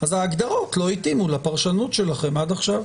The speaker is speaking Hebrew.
אז ההגדרות לא התאימו לפרשנות שלכם עד עכשיו.